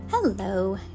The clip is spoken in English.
hello